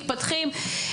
מתפתחים.